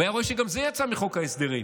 הוא היה רואה שגם זה יצא מחוק ההסדרים.